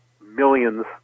millions